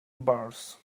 bars